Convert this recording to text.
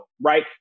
Right